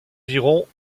environ